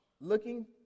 Looking